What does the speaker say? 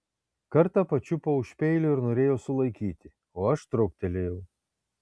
kartą pačiupo už peilio ir norėjo sulaikyti o aš truktelėjau